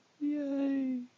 Yay